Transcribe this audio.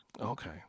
okay